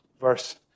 verse